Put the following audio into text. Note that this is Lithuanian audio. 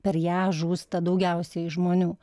per ją žūsta daugiausiai žmonių